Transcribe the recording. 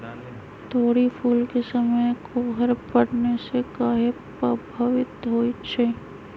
तोरी फुल के समय कोहर पड़ने से काहे पभवित होई छई?